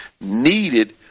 needed